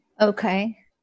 Okay